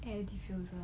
air diffuser